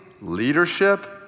leadership